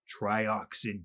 trioxin